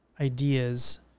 ideas